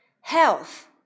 health